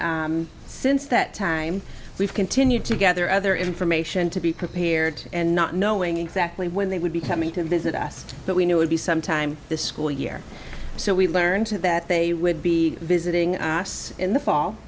since that time we've continued to gather other information to be prepared and not knowing exactly when they would be coming to visit us but we knew it would be sometime this school year so we learned that they would be visiting us in the fall